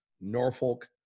Norfolk